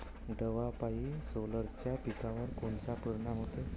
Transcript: दवापायी सोल्याच्या पिकावर कोनचा परिनाम व्हते?